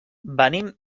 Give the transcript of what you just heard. venim